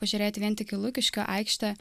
pažiūrėti vien tik į lukiškių aikštę